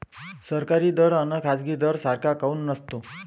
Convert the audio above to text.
सरकारी दर अन खाजगी दर सारखा काऊन नसतो?